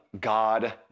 God